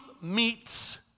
meets